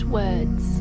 words